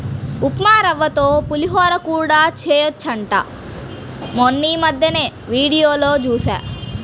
ఉప్మారవ్వతో పులిహోర కూడా చెయ్యొచ్చంట మొన్నీమద్దెనే వీడియోలో జూశా